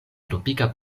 tropika